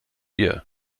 ihr